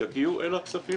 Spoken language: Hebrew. יגיעו לכסף.